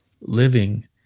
living